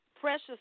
precious